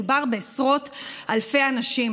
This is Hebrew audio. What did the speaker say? מדובר בעשרות אלפי אנשים.